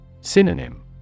Synonym